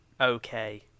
Okay